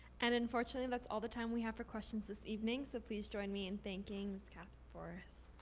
and unfortunately, that's all the time we have for questions this evening, so please join me in thanking katherine forrest.